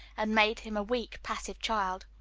and made him a weak, passive child.